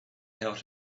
how